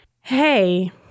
hey